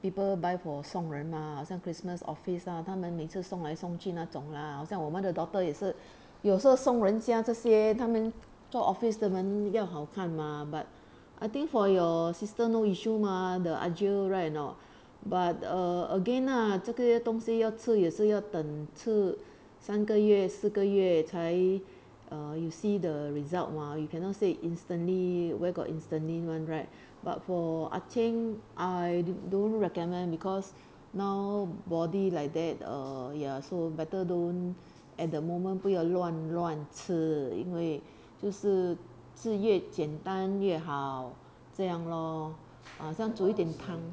people buy for 送人吗好像 christmas office lah 他们每次送来送去那种啦好像我们的 daughter 也是 有时候送人家这些他们做 office 的们要好看吗 but I think for your sister no issue mah the ah jill right or not but uh again lah 这个些东西要吃也是要等吃 三个月四个月才 uh you see the result mah you cannot say instantly where got instantly [one] right but for ah qing I don't recommend because now body like that err ya so better don't at the moment 不要乱乱吃因为就是吃越简单越好这样咯像煮一点汤